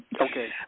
Okay